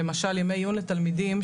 למשל ימי עיון לתלמידים,